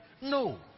No